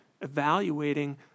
evaluating